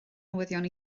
newyddion